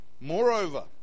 moreover